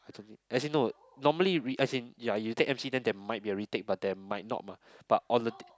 i don't know~ as in no normally re~ as in ya you take M_C then there might be a retake but there might not mah but on the